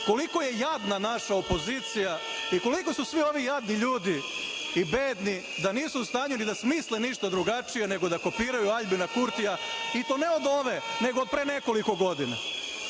koliko je jadna naša opozicija i koliko su svi ovi jadni ljudi i bedni da nisu u stanju ni da smisle ništa drugačije nego da kopiraju Aljbina Kurtija, i to ne od ove, nego od pre nekoliko godina.